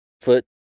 foot